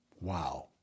Wow